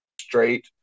straight